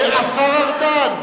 שום דבר.